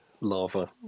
lava